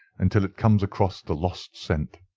until it comes across the lost scent.